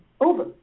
over